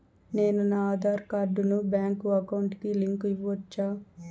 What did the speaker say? నేను నా ఆధార్ కార్డును బ్యాంకు అకౌంట్ కి లింకు ఇవ్వొచ్చా?